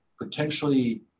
Potentially